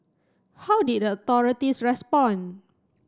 how did the authorities respond